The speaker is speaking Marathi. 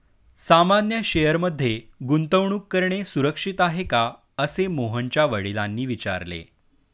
सामान्य शेअर मध्ये गुंतवणूक करणे सुरक्षित आहे का, असे मोहनच्या वडिलांनी विचारले